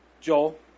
Joel